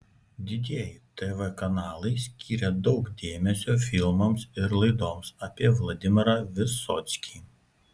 didieji tv kanalai skyrė daug dėmesio filmams ir laidoms apie vladimirą vysockį